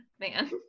Man